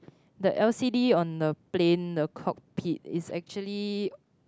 the L_C_D on the plane on the cockpit is actually